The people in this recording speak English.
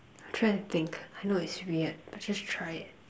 I'm trying to think I know it's weird but just try it